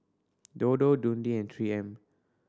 Dodo Dundee and Three M